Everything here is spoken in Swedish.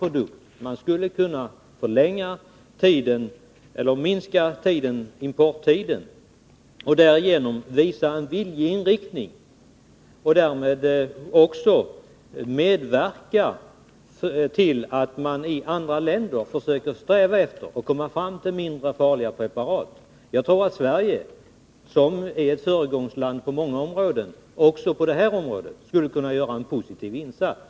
Vi skulle kunna minska den tid, under vilken import är tillåten, och därigenom ange en viljeinriktning samt på så sätt även medverka till att man i andra länder försöker sträva efter att komma fram till mindre farliga preparat. Jag tror att Sverige, som ju är ett föregångsland på många områden, också på det här området skulle kunna göra en positiv insats.